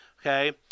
okay